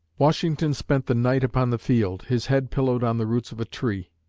washington spent the night upon the field, his head pillowed on the roots of a tree.